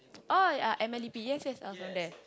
oh yeah M_L_E_P yes yes I was there